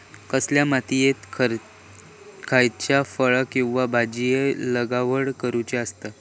कसल्या मातीयेत खयच्या फळ किंवा भाजीयेंची लागवड करुची असता?